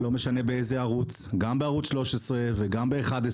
לא משנה באיזה ערוץ, גם בערוץ 13, וגם ב-11,